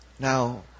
Now